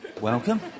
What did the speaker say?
welcome